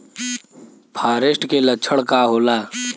फारेस्ट के लक्षण का होला?